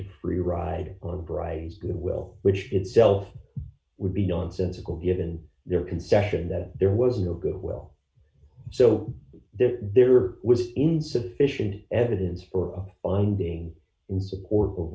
a free ride on price goodwill which itself would be nonsensical given their concession that there was no good well so there was insufficient evidence for funding in support of